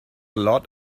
lot